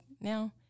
now